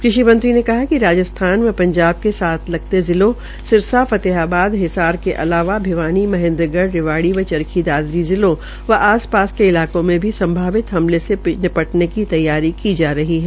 कृषि मंत्री ने कहा कि राज्स्थान व पंजाब के लगते जिलों सिरसा फतेहाबद हिसार के अलावा भिवानी महेन्द्रगढ़ रिवाड़ी व चरखी दादरी जिलों व आसपास के इलाकों में भी संभावित हमले से निपटने की तैयारी की जा रही है